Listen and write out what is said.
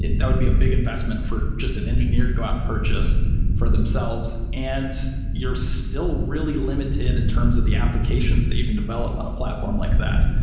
that that would be a big investment for just an engineer to go out and purchase for themselves, and you're still really limited in terms of the applications that you can develop on a platform like that.